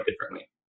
differently